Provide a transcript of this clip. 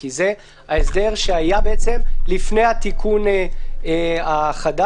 כי זה ההסדר שהיה לפני התיקון החדש.